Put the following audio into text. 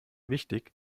wichtig